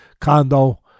condo